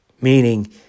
meaning